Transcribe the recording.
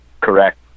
Correct